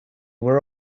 were